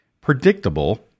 predictable